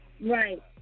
Right